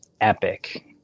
epic